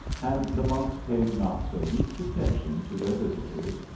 and the monks paid not the least attention to their visitors,